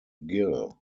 gill